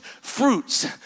fruits